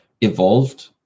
evolved